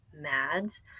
Mads